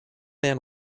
man